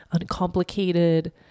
uncomplicated